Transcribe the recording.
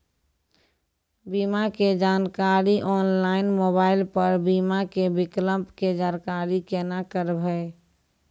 बीमा के जानकारी ऑनलाइन मोबाइल पर बीमा के विकल्प के जानकारी केना करभै?